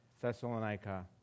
Thessalonica